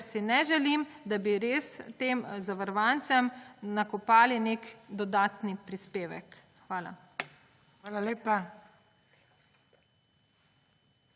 ker si ne želim, da bi res tem zavarovancem nakopali nek dodatni prispevek. Hvala.